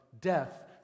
death